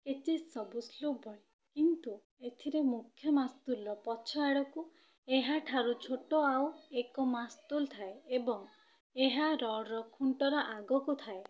ketches ସବୁ sloop ଭଳି କିନ୍ତୁ ଏଥିରେ ମୁଖ୍ୟ ମାସ୍ତୁଲ୍ର ପଛ ଆଡ଼କୁ ଏହା ଠାରୁ ଛୋଟ ଆଉ ଏକ ମାସ୍ତୁଲ୍ ଥାଏ ଏବଂ ଏହା ରଡ଼୍ର ଖୁଣ୍ଟର ଆଗକୁ ଥାଏ